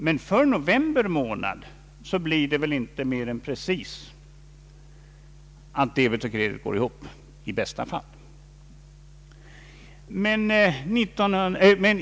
Men för november månad blir det väl inte mer än att debet och kredit går ihop precis i bästa fall.